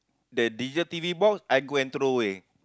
the digital T_V box I go and throw away